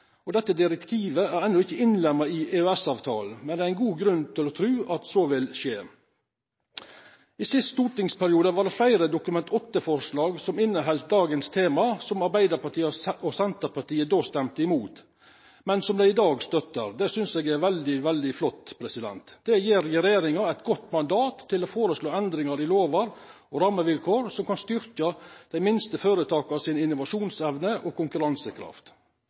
årsberetning. Dette direktivet er enno ikkje innlemma i EØS-avtalen, men det er god grunn til å tru at så vil skje. I siste stortingsperiode var det fleire Dokument nr. 8-forslag som inneheldt dagens tema, som Arbeidarpartiet og Senterpartiet då stemte imot, men som dei i dag støttar. Det synest eg er veldig, veldig flott. Det gjev regjeringa eit godt mandat til å foreslå endringar i lovar og rammevilkår som kan styrkja dei minste føretaka si innovasjonsevne og konkurransekraft.